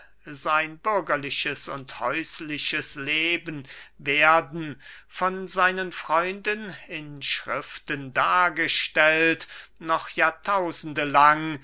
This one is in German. sein bürgerliches und häusliches leben werden von seinen freunden in schriften dargestellt noch jahrtausende lang